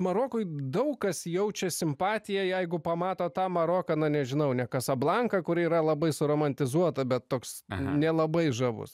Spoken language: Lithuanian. marokui daug kas jaučia simpatiją jeigu pamato tą maroką na nežinau ne kasablanka kuri yra labai suromantizuota bet toks nelabai žavus